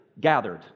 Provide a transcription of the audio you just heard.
Gathered